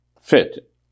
fit